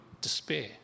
despair